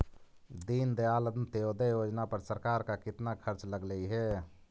दीनदयाल अंत्योदय योजना पर सरकार का कितना खर्चा लगलई हे